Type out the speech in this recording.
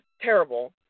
terrible